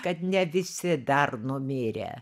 kad ne visi dar numirę